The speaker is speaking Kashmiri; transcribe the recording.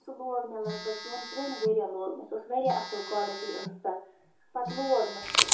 سُہ لوگ مےٚ لگ بگ دۄن ترٛٮ۪ن ؤرۍیَن لوگ مےٚ سُہ اوس واریاہ اَصٕل کالٹی ٲس تَتھ پَتہٕ لوگ مےٚ سُہ